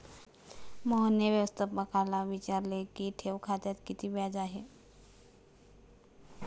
मोहनने व्यवस्थापकाला विचारले की ठेव खात्यावर किती व्याज आहे?